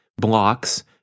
blocks